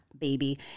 baby